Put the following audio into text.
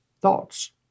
thoughts